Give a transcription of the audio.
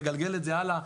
לגלגל את זה הלאה,